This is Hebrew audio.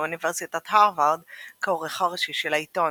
מאוניברסיטת הרווארד כעורך הראשון של העיתון.